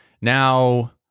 Now